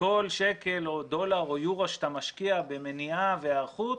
כל שקל או דולר או יורו שאתה משקיע במניעה והיערכות,